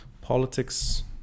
politics